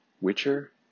Witcher